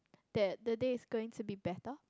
that the days is going to be better